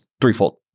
threefold